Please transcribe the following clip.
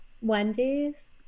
Wendy's